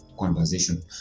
conversation